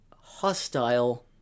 hostile